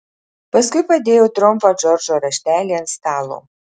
paskui padėjo trumpą džordžo raštelį ant stalo